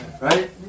Right